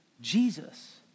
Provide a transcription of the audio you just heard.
Jesus